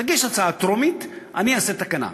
תגיש הצעה טרומית, ואני אעשה תקנה.